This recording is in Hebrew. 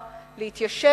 להתיישב עליה,